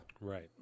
Right